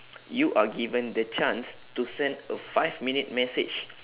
you are given the chance to send a five minute message